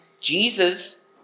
Jesus